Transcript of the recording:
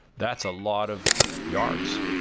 that's a lot of yards,